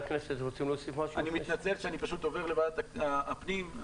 אני מתנצל שאני עובר לוועדת הפנים.